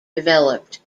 developed